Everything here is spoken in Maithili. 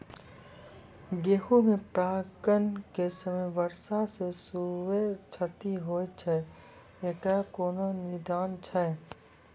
गेहूँ मे परागण के समय वर्षा से खुबे क्षति होय छैय इकरो कोनो निदान छै?